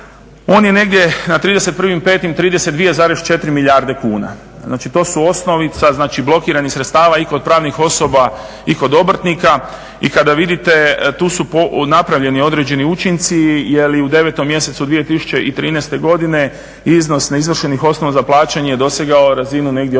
On je negdje na 31.5. 32,4 milijarde kuna. Znači to su osnovica, znači blokiranih sredstava i kod pravnih osoba i kod obrtnika i kada vidite tu su napravljeni određeni učinci jer u 9 mjesecu 2013. godine iznos neizvršenih osnova za plaćanje je dosegao razinu negdje oko